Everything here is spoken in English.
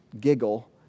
giggle